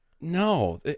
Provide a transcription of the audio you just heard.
No